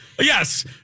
Yes